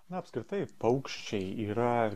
na apskritai paukščiai yra